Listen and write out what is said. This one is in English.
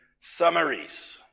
summaries